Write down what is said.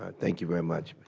ah thank you very much.